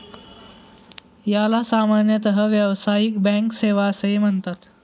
याला सामान्यतः व्यावसायिक बँक सेवा असेही म्हणतात